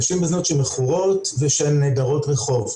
נשים בזנות שמכורות ושהן דרות רחוב.